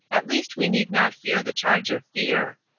at least we need not fear the charge of fear.